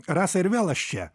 rasa ir vėl aš čia